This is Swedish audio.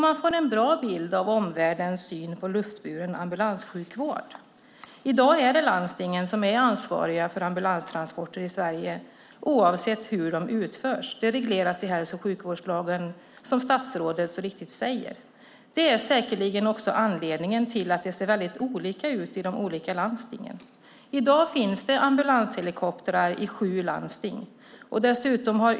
Man får en bra bild av omvärldens syn på luftburen ambulanssjukvård. I dag är det landstingen som är ansvariga för ambulanstransporter i Sverige, oavsett hur de utförs. Det regleras i hälso och sjukvårdslagen, som statsrådet så riktigt säger. Det är säkert också anledningen till att det ser så olika ut i olika landsting. I dag finns det ambulanshelikoptrar i sju landsting.